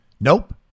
Nope